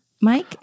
mike